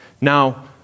Now